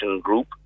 group